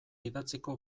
idatziko